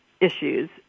issues